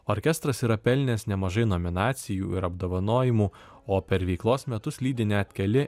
orkestras yra pelnęs nemažai nominacijų ir apdovanojimų o per veiklos metus lydi net keli